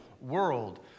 world